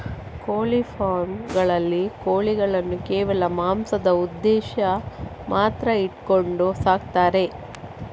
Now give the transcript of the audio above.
ಕೋಳಿ ಫಾರ್ಮ್ ಗಳಲ್ಲಿ ಕೋಳಿಗಳನ್ನು ಕೇವಲ ಮಾಂಸದ ಉದ್ದೇಶ ಮಾತ್ರ ಇಟ್ಕೊಂಡು ಸಾಕ್ತಾರೆ